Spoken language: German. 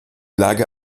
lage